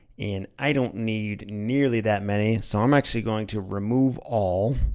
and i don't need nearly that many. so i'm actually going to remove all.